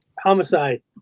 Homicide